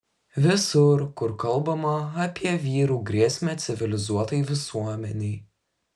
visur kur kalbama apie vyrų grėsmę civilizuotai visuomenei